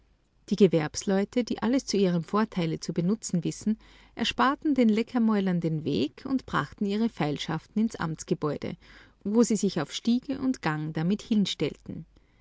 die gewerbsleute die alles zu ihrem vorteile zu benutzen wissen ersparten den leckermäulern den weg und brachten ihre feilschaften ins amtsgebäude wo sie sich auf stiege und gang damit hinstellten